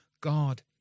God